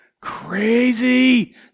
crazy